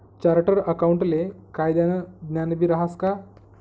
chartered अकाऊंटले कायदानं ज्ञानबी रहास का